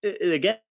again